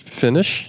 finish